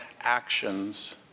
actions